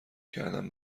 کردن